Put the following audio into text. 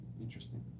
interesting